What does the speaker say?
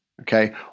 okay